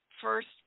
first